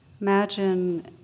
Imagine